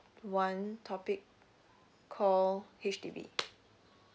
one topic call H_D_B